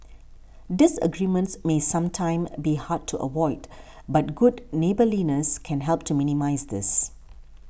disagreements may sometimes a be hard to avoid but good neighbourliness can help to minimise this